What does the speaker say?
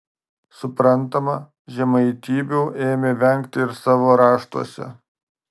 suprantama žemaitybių ėmė vengti ir savo raštuose